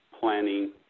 planning